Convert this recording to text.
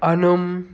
అనుం